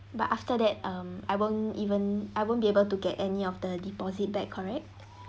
but after that um I won't even I won't be able to get any of the deposit back correct